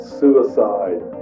suicide